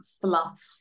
fluff